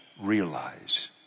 realize